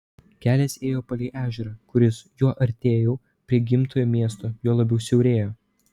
kelias ėjo palei ežerą kuris juo artėjau prie gimtojo miesto juo labiau siaurėjo